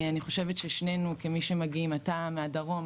אני חושבת ששנינו כמי שמגיעים אתה מהדרום,